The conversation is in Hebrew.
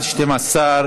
סעיפים 1 4 נתקבלו.